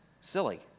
silly